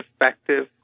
effective